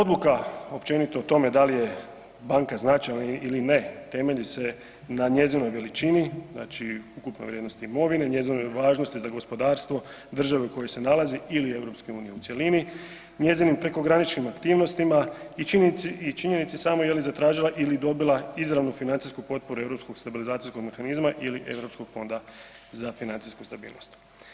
Odluka općenito o tome da li je banka značajna ili ne temelji se na njezinoj veličini, znači ukupno vrijednost imovine, njezinoj važnosti za gospodarstvo države u kojoj se nalazi ili EU u cjelini, njezinim prekograničnim aktivnostima i činjenici samoj je li zatražila ili dobila izravnu financijsku potporu Europskog stabilizacijskog mehanizma ili Europskog fonda za financijsku stabilnost.